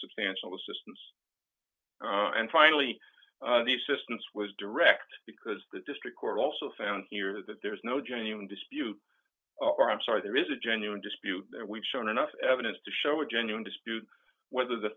substantial assistance and finally the assistance was direct because the district court also found here that there's no genuine dispute or i'm sorry there is a genuine dispute that we've shown enough evidence to show a genuine dispute whether the